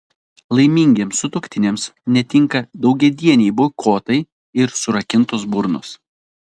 laimingiems sutuoktiniams netinka daugiadieniai boikotai ir surakintos burnos